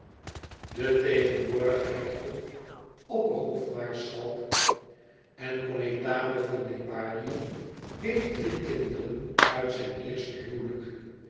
de tegenwoordige hertog opperhofmaarschalk en connétable van liparië heeft drie kinderen uit zijn eerste huwelijk